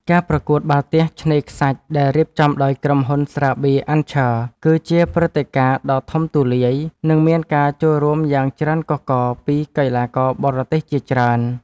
ការប្រកួតបាល់ទះឆ្នេរខ្សាច់ដែលរៀបចំដោយក្រុមហ៊ុនស្រាបៀរអាន់ឆ័រ គឺជាព្រឹត្តិការណ៍ដ៏ធំទូលាយ និង មានការចូលរួមយ៉ាងច្រើនកុះករពីកីឡាករបរទេសជាច្រើន។